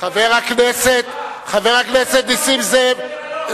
חבר הכנסת נסים זאב,